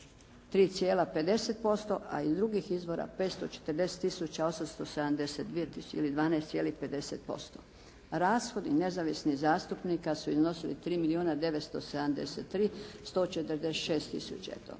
3,50%, a iz drugih izvora 540 tisuća 872 tisuće ili 12,50%. Rashodi nezavisnih zastupnika su iznosili 3 milijuna 973